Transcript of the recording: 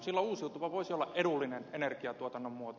silloin uusiutuva voisi olla edullinen energiantuotannon muoto